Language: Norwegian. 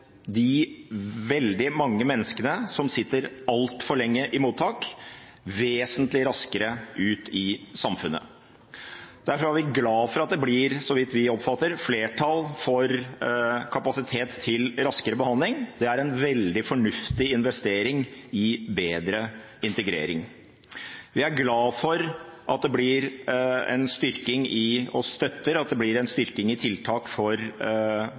de veldig mange menneskene som sitter altfor lenge i mottak, vesentlig raskere ut i samfunnet. Derfor er vi glad for at det, så vidt vi oppfatter, blir flertall for kapasitet til raskere behandling. Det er en veldig fornuftig investering i bedre integrering. Vi er glad for og støtter at det blir en styrking i tiltak for